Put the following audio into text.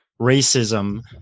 racism